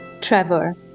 Trevor